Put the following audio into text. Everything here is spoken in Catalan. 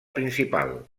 principal